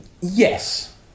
yes